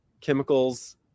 chemicals